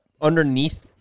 underneath